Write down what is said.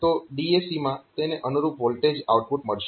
તો DAC માં તેને અનુરૂપ વોલ્ટેજ આઉટપુટ મળશે